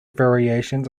variations